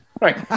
Right